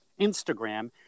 Instagram